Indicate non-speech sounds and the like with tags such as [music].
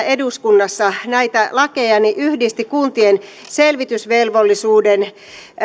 [unintelligible] eduskunnassa näitä lakeja yhdisti kuntien selvitysvelvollisuuden